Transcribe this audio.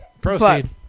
Proceed